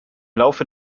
laufe